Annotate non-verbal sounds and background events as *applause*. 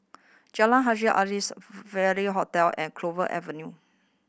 Jalan Haji Alias *unintelligible* Hotel and Clover Avenue